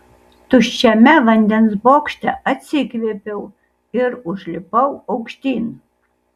tuščiame vandens bokšte atsikvėpiau ir užlipau aukštyn